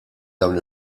dawn